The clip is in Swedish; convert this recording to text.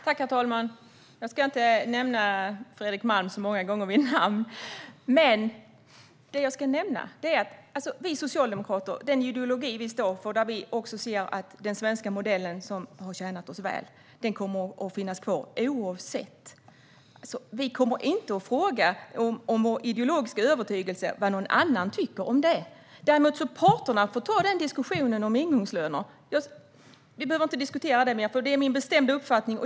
Herr talman! Jag ska inte nämna Fredrik Malm vid namn så många gånger. Det jag däremot tänker nämna är att den ideologi som vi socialdemokrater står för - som innefattar den svenska modellen, som har tjänat oss väl - kommer att finnas kvar oavsett vad som händer. Vi kommer inte att fråga vad någon annan tycker om vår ideologiska övertygelse. Parterna får ta diskussionen om ingångslöner. Vi behöver inte diskutera detta mer, för det här är min bestämda uppfattning.